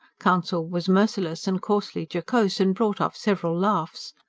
counsel was merciless and coarsely jocose, and brought off several laughs.